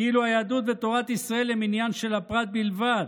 כאילו היהדות ותורת ישראל הן עניין של הפרט בלבד.